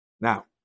Now